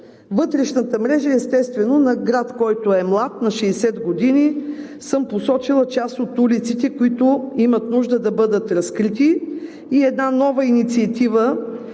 Вътрешната мрежа е на град, който е млад – на 60 години, и съм посочила част от улиците, които имат нужда да бъдат разкрити. Има една нова инициатива,